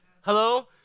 Hello